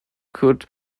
could